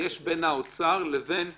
שיש בין האוצר לבין הממשלה,